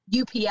UPS